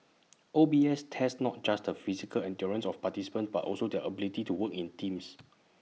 O B S tests not just the physical endurance of participants but also their ability to work in teams